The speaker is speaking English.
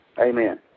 Amen